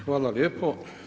Hvala lijepo.